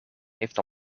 heeft